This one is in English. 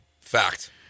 Fact